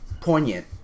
poignant